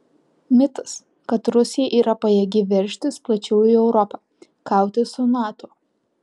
mitas kad rusija yra pajėgi veržtis plačiau į europą kautis su nato